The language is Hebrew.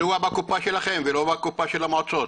מדוע בקופה שלכם ולא בקופה של המועצות?